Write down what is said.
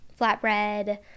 flatbread